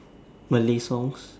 Malay songs